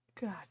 God